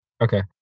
Okay